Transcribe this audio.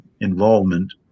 involvement